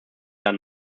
dann